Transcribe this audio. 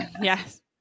Yes